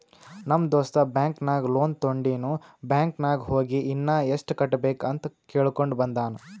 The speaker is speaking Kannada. ನಮ್ ದೋಸ್ತ ಬ್ಯಾಂಕ್ ನಾಗ್ ಲೋನ್ ತೊಂಡಿನು ಬ್ಯಾಂಕ್ ನಾಗ್ ಹೋಗಿ ಇನ್ನಾ ಎಸ್ಟ್ ಕಟ್ಟಬೇಕ್ ಅಂತ್ ಕೇಳ್ಕೊಂಡ ಬಂದಾನ್